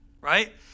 right